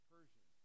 Persian